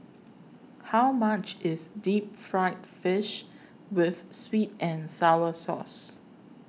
How much IS Deep Fried Fish with Sweet and Sour Sauce